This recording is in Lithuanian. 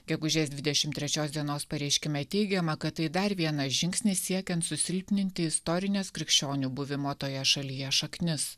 gegužės dvidešim trečios dienos pareiškime teigiama kad tai dar vienas žingsnis siekiant susilpninti istorines krikščionių buvimo toje šalyje šaknis